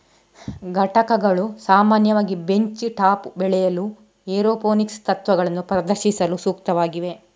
ಘಟಕಗಳು ಸಾಮಾನ್ಯವಾಗಿ bench top ಬೆಳೆಯಲು ಮತ್ತು ಏರೋಪೋನಿಕ್ಸ್ ತತ್ವಗಳನ್ನು ಪ್ರದರ್ಶಿಸಲು ಸೂಕ್ತವಾಗಿವೆ